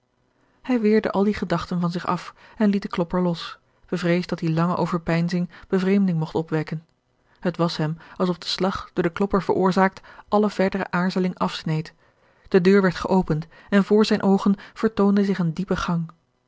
hij weerde al die gedachten van zich af en liet den klopper los bevreesd dat die lange overpeinzing bevreemding mogt opwekken het was hem alsof de slag door den klopper veroorzaakt alle verdere aarzeling afsneed de deur werd geopend en voor zijne oogen vertoonde zich een diepe gang